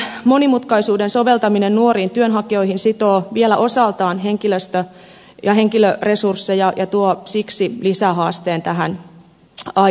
työmarkkinatukilain monimutkaisuuden soveltaminen suoriin työnhakijoihin sitoo vielä osaltaan henkilöresursseja ja tuo siksi lisähaasteen tähän aiheeseen